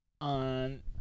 on